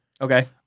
Okay